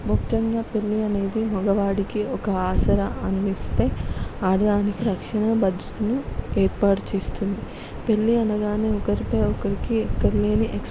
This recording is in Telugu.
ముఖ్యంగా పెళ్ళి అనేది మగవాడికి ఒక ఆసరా అందిస్తే ఆడదానికి రక్షణా భద్రతను ఏర్పాటు చేస్తుంది పెళ్ళి అనగానే ఒకరిపై ఒకరికి ఎక్కడలేని ఎక్స్